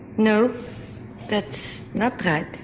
no that's not right.